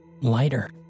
lighter